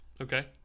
Okay